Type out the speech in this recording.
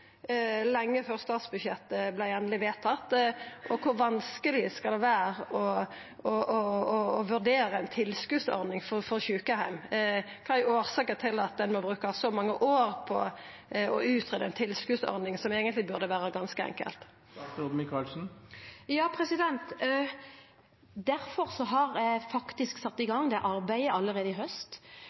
lenge før statsbudsjettet var endeleg vedtatt Kor vanskeleg kan det vera å vurdera ei tilskotsordning for sjukeheimar? Kva er årsaka til at ein må bruka så mange år på å greia ut ei tilskotsordning, noko som eigentleg burde ha vore ganske enkelt? Derfor satte jeg i gang det arbeidet allerede i